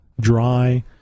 dry